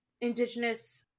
indigenous